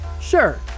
Sure